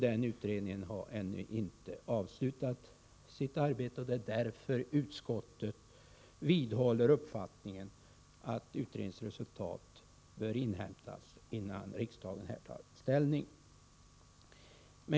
Den utredningen har ännu inte avslutat sitt arbete, och det är därför utskottsmajoriteten vidhåller uppfattningen att utredningens resultat bör inhämtas innan riksdagen tar ställning.